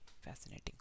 fascinating